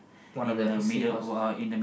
one of the sea horse